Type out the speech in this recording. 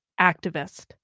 activist